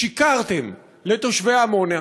שיקרתם לתושבי עמונה,